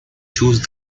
choose